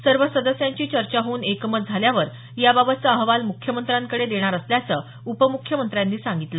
सर्व सदस्यांची चर्चा होऊन एकमत झाल्यावर याबाबतचा अहवाल मुख्यमंत्र्यांकडे देणार असल्याचं उपमुख्यमंत्र्यांनी सांगितलं